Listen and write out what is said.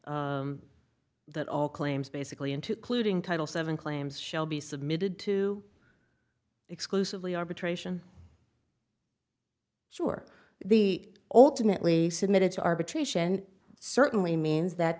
s that all claims basically into clued in title seven claims shall be submitted to exclusively arbitration sure the ultimately submitted to arbitration certainly means that